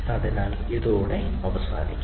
അതിനാൽ ഇതോടെ അവസാനിക്കുന്നു